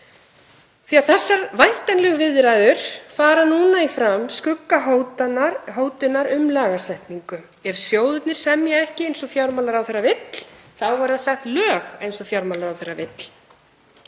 því þessar væntanlegu viðræður fara núna fram í skugga hótunar um lagasetningu. Ef sjóðirnir semja ekki eins og fjármálaráðherra vill verða sett lög eins og fjármálaráðherra vill.